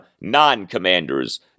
non-commanders